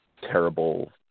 terrible